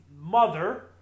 Mother